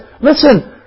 Listen